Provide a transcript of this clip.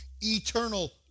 eternal